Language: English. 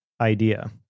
idea